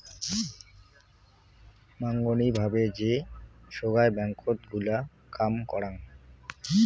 মাঙনি ভাবে যে সোগায় ব্যাঙ্কত গুলা কাম করাং